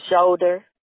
shoulder